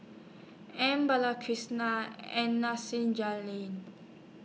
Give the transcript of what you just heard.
M Balakrishnan and Nasir Jalil